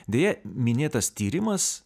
deja minėtas tyrimas